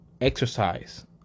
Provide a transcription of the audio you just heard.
exercise